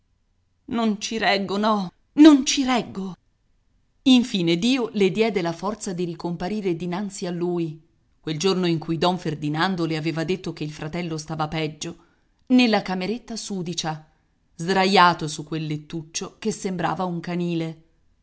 non ci reggo no non ci reggo infine dio le diede la forza di ricomparire dinanzi a lui quel giorno in cui don ferdinando le aveva detto che il fratello stava peggio nella cameretta sudicia sdraiato su quel lettuccio che sembrava un canile